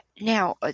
Now